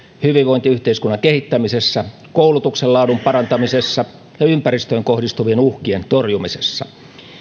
hyvinvointiyhteiskunnan kehittämisessä koulutuksen laadun parantamisessa ja ympäristöön kohdistuvien uhkien torjumisessa